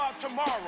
tomorrow